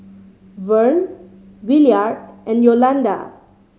Vern Williard and Yolanda